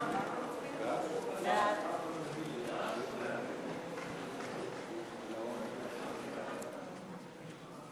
ההצעה לכלול את הנושאים בסדר-היום של הכנסת נתקבלה.